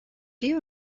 you